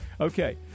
Okay